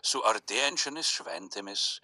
su artėjančiomis šventėmis